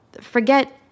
Forget